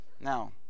Now